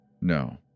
No